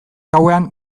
gauean